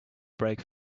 brake